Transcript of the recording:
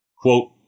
Quote